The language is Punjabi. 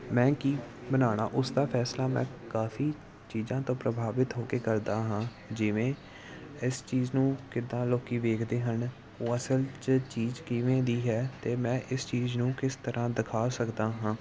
ਮੈਂ ਕੀ ਬਣਾਉਣਾ ਉਸ ਦਾ ਫੈਸਲਾ ਮੈਂ ਕਾਫੀ ਚੀਜ਼ਾਂ ਤੋਂ ਪ੍ਰਭਾਵਿਤ ਹੋ ਕੇ ਕਰਦਾ ਹਾਂ ਜਿਵੇਂ ਇਸ ਚੀਜ਼ ਨੂੰ ਕਿੱਦਾਂ ਲੋਕ ਵੇਖਦੇ ਹਨ ਉਹ ਅਸਲ 'ਚ ਚੀਜ਼ ਕਿਵੇਂ ਦੀ ਹੈ ਅਤੇ ਮੈਂ ਇਸ ਚੀਜ਼ ਨੂੰ ਕਿਸ ਤਰ੍ਹਾਂ ਦਿਖਾ ਸਕਦਾ ਹਾਂ